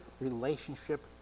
relationship